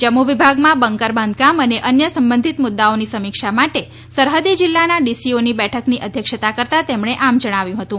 જમ્મુ વિભાગમાં બંકર બાંધકામ અને અન્ય સંબંધિત મુદ્દાઓની સમીક્ષા માટે સરહદી જિલ્લાના ડીસીઓની બેઠકની અધ્યક્ષતા કરતા તેમણે આમ જણાવ્યું હતું